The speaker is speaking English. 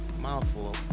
Mouthful